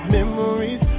memories